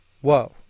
whoa